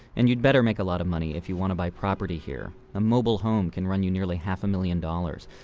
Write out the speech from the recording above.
and you better make a lot of money if you want to buy property here. a mobile home can run you nearly half a million dollars.